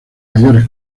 mayores